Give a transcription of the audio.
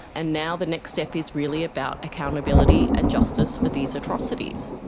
and now the next step is really about accountability and justice for these atrocities.